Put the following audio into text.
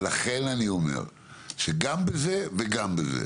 ולכן אני אומר שגם בזה וגם בזה,